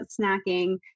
snacking